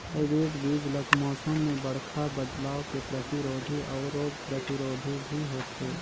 hybrid बीज ल मौसम में बड़खा बदलाव के प्रतिरोधी अऊ रोग प्रतिरोधी भी होथे